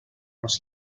los